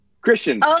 Christian